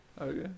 Okay